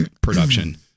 production